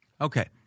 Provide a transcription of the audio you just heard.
Okay